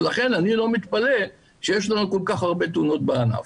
לכן אני לא מתפלא שיש לנו כל כך הרבה תאונות בענף.